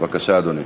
בבקשה, אדוני.